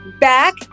back